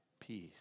Peace